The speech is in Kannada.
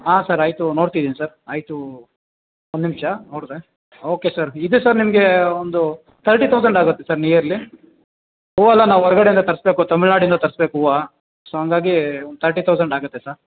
ಹಾಂ ಸರ್ ಆಯ್ತು ನೋಡ್ತಿದೀನಿ ಸರ್ ಆಯ್ತು ಒಂದು ನಿಮಿಷ ನೋಡ್ತೆ ಓಕೆ ಸರ್ ಇದು ಸರ್ ನಿಮಗೆ ಒಂದು ತರ್ಟಿ ತೌಸಂಡ್ ಆಗುತ್ತೆ ಸರ್ ನಿಯರ್ಲಿ ಹೂವೆಲ್ಲ ನಾವು ಹೊರಗಡೆಯಿಂದ ತರಿಸ್ಬೇಕು ತಮಿಳುನಾಡಿಂದ ತರಿಸ್ಬೇಕು ಹೂವು ಸೊ ಹಂಗಾಗೀ ಒಂದು ತರ್ಟಿ ತೌಸಂಡ್ ಆಗುತ್ತೆ ಸರ್